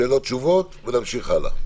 שאלות-תשובות, ונמשיך הלאה.